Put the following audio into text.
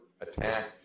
attack